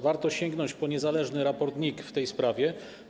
Warto sięgnąć po niezależny raport NIK w tej sprawie.